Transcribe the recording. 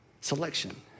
selection